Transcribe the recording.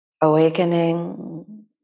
awakening